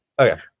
Okay